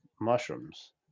mushrooms